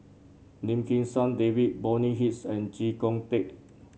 Lim Kim San David Bonny Hicks and Chee Kong Tet